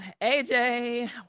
aj